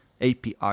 API